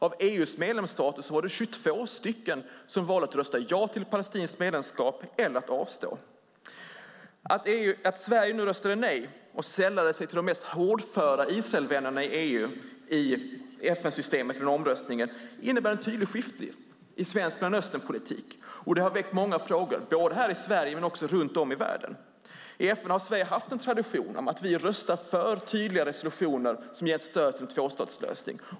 Av EU:s medlemsstater var det 22 stycken som valde att rösta ja till ett palestinskt medlemskap eller att avstå. Att Sverige vid omröstningen röstade nej och sällade sig till de mest hårdföra Israelvännerna i EU inom FN-systemet innebär en tydlig skiftning i svensk Mellanösternpolitik. Det har väckt många frågor både här i Sverige och runt om i världen. I FN har Sverige haft som tradition att vi röstar för tydliga resolutioner som har gett stöd till en tvåstatslösning.